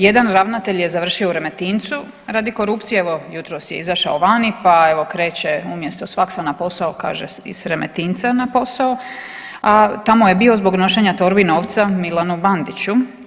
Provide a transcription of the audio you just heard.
Jedan ravnatelj je završio u Remetincu radi korupcije, evo jutros je izašao vani pa evo kreće umjesto s faksa na posao kaže iz Remetinca na posao, a tamo je bio zbog nošenja torbi novca Milanu Bandiću.